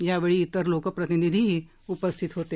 यावेळी तिर लोकप्रनिधीही उपस्थित होते